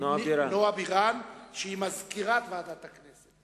נועה בירן, שהיא מזכירת ועדת הכנסת.